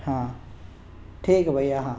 हाँ ठीक है भैया हाँ